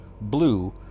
blue